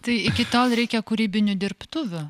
tai iki tol reikia kūrybinių dirbtuvių